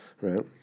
right